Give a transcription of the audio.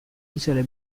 isole